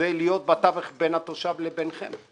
להיות בתווך בין התושב לבינכם,